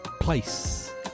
Place